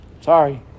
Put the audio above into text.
Sorry